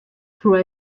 through